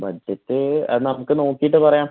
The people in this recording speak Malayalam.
ബഡ്ജറ്റ് അത് നമുക്ക് നോക്കിയിട്ട് പറയാം